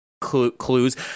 clues